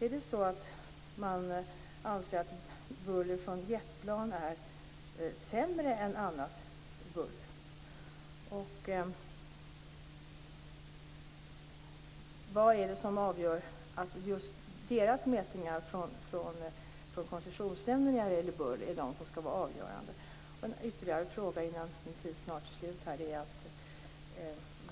Anser man att buller från jetplan är sämre än annat buller? Vad är det som gör att just mätningarna av buller från Koncessionsnämnden skall vara avgörande? Jag har ytterligare en fråga innan min taltid är slut.